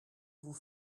vous